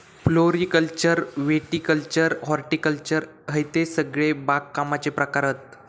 floriculture viticulture horticulture हयते सगळे बागकामाचे प्रकार हत